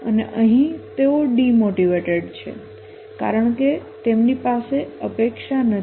અને અહીં તેઓ ડિમોટિવેટેડ છે કારણ કે તેમની પાસે અપેક્ષા નથી